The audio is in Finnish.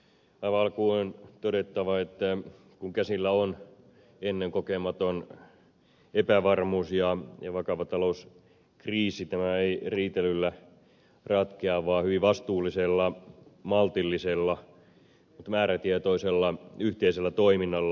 aivan alkuun on todettava että kun käsillä on ennenkokematon epävarmuus ja vakava talouskriisi tämä ei riitelyllä ratkea vaan hyvin vastuullisella maltillisella ja määrätietoisella yhteisellä toiminnalla